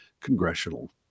congressional